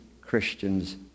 Christians